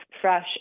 fresh